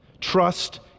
Trust